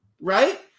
Right